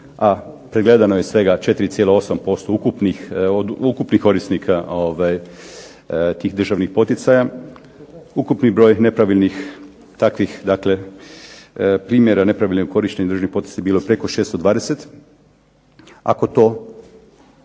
a pregledano je svega 4,8% ukupnih korisnika tih državnih poticaja. Ukupni broj nepravilnih takvih dakle primjera nepravilnih korištenja državnih poticaja bilo preko 620 ako to